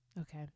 Okay